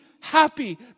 happy